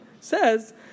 says